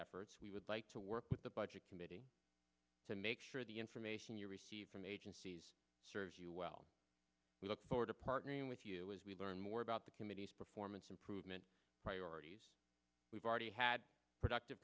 efforts we would like to work with the budget committee to make sure the information you receive from agencies serves you well we look forward to partnering with you as we learn more about the committee's performance improvement priorities we've already had productive